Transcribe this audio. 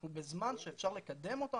אנחנו בזמן שאפשר לקדם אותה.